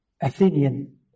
Athenian